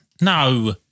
No